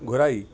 घुराई